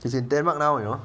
he is in denmark now you know